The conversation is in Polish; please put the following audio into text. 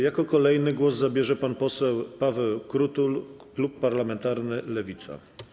Jako kolejny głos zabierze pan poseł Paweł Krutul, klub parlamentarny Lewica.